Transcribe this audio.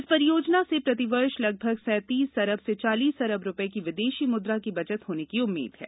इस परियोजना से प्रतिवर्ष लगभग सैंतीस अरब से चालीस अरब रुपये की विदेशी मुद्रा की बचत होने की उम्मीद है